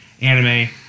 anime